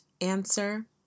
Answer